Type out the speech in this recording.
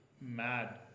mad